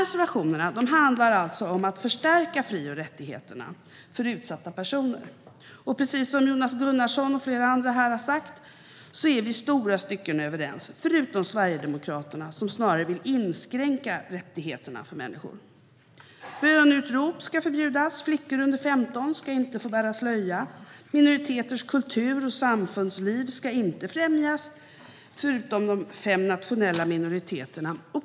Reservationerna handlar alltså om att förstärka fri och rättigheterna för utsatta personer. Precis som Jonas Gunnarsson och flera andra har sagt är vi i stora stycken överens, förutom Sverigedemokraterna som snarare vill inskränka rättigheterna för människor. Böneutrop ska förbjudas. Flickor under 15 ska inte få bära slöja. Minoriteters kultur och samfundsliv ska inte främjas, förutom de fem nationella minoriteternas.